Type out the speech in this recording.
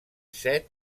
set